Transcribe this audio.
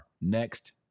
next